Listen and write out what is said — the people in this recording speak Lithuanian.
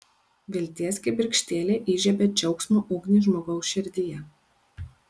vilties kibirkštėlė įžiebia džiaugsmo ugnį žmogaus širdyje